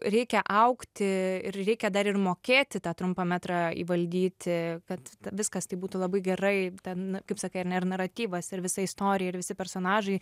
reikia augti ir reikia dar ir mokėti tą trumpą metrą įvaldyti kad viskas taip būtų labai gerai ten kaip sakai ar ne ir naratyvas ir visa istorija ir visi personažai